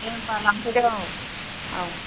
दे होम्बा लांफैदो औ औ